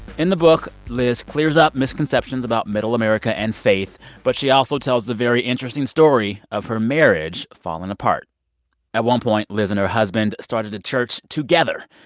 in the book, lyz clears up misconceptions about middle america and faith. but she also tells the very interesting story of her marriage falling apart at one point, lyz and her husband started a church together.